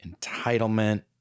entitlement